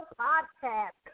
podcast